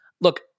Look